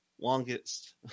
longest